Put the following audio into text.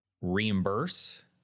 reimburse